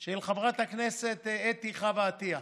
של חברת הכנסת אתי חוה עטייה,